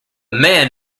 man